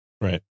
Right